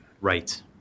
right